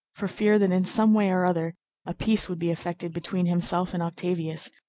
for fear that in some way or other a peace would be effected between himself and octavius,